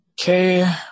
Okay